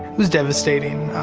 was devastating,